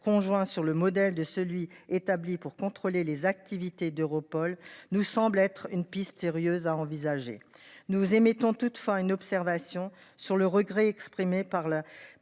conjoint sur le modèle de celui établi pour contrôler les activités d'Europol nous semble être une piste sérieuse a envisagé nous émettons enfin une observation sur le regret exprimé par le